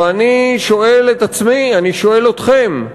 אני שואל את עצמי, אני שואל אתכם: